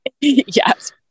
yes